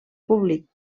públic